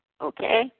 Okay